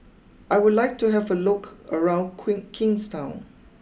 I would like to have a look around Queen Kingstown